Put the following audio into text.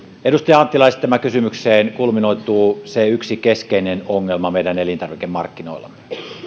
edustaja anttilan esittämään kysymykseen kulminoituu yksi keskeinen ongelma meidän elintarvikemarkkinoillamme